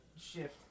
shift